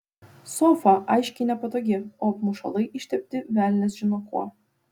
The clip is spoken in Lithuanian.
sofa aiškiai nepatogi o apmušalai ištepti velnias žino kuo